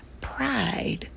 Pride